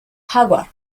jaguar